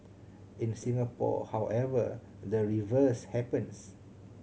in Singapore however the reverse happens